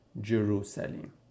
Jerusalem